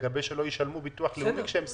שלא ישלמו ביטוח לאומי כשהם סגורים,